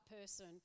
person